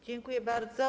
Dziękuję bardzo.